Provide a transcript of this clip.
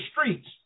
streets